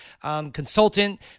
consultant